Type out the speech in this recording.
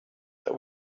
that